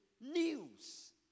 news